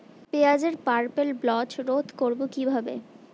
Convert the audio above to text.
পেঁয়াজের purple blotch রোধ করবো কিভাবে?